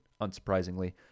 unsurprisingly